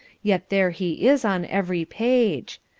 yet there he is on every page.